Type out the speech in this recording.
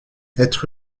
être